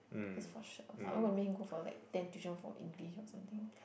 that's for sure I'm not gonna make him go for like ten tuition for English or something